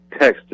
texted